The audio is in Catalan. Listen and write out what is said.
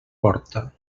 porta